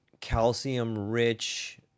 calcium-rich